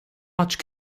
much